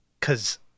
Cause